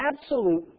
absolute